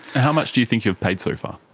how much do you think you've paid so far?